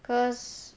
cause